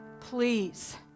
Please